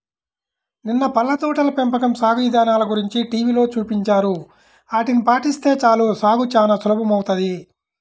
నిన్న పళ్ళ తోటల పెంపకం సాగు ఇదానల గురించి టీవీలో చూపించారు, ఆటిని పాటిస్తే చాలు సాగు చానా సులభమౌతది